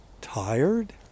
tired